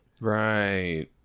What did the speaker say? Right